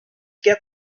get